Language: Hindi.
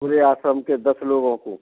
पूरे आश्रम के दस लोगों को